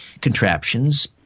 contraptions